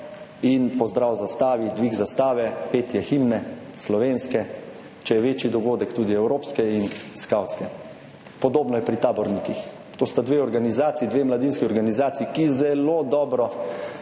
in pozdrav zastavi, dvig zastave, petje slovenske himne, če je večji dogodek tudi evropske in skavtske. Podobno je pri tabornikih. To sta dve organizaciji, dve mladinski organizaciji, ki zelo dobro